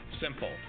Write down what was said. Simple